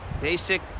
basic